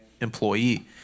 employee